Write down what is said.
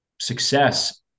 success